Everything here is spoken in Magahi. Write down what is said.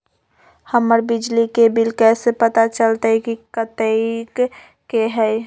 हमर बिजली के बिल कैसे पता चलतै की कतेइक के होई?